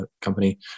company